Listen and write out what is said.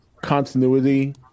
continuity